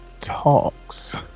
talks